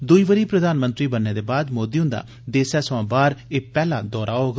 दंऊ बरी प्रधानमंत्री बनने दे बाद मोदी हुन्दा देसै सवा बाहर एह पैहला दौरा होग